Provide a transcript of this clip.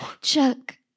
Chuck